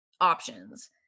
options